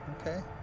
Okay